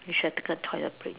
we should have taken a toilet break